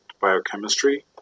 biochemistry